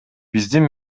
биздин